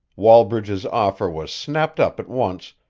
wallbridge's offer was snapped up at once,